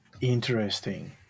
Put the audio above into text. Interesting